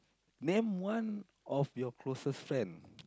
name one of your closest friend